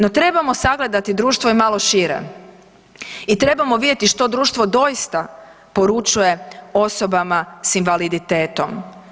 No trebamo sagledati društvo i malo šire i trebamo vidjeti što društvo doista poručuje osobama sa invaliditetom.